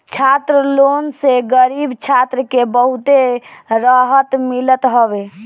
छात्र लोन से गरीब छात्र के बहुते रहत मिलत हवे